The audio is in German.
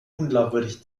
unglaubwürdig